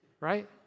right